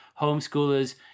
homeschoolers